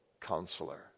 counselor